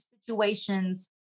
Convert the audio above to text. situations